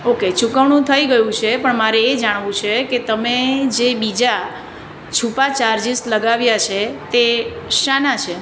okay ચૂકવણું થઈ ગયું છે પણ મારે એ જાણવું છે કે તમે જે બીજા છૂપા ચાર્જિસ લગાવ્યા છે તે શાના છે